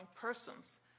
persons